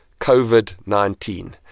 COVID-19